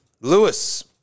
Lewis